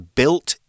built